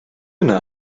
yna